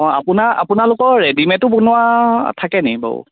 অ' আপোনালোকৰ ৰেডিমেড বনোৱা থাকে নি বাৰু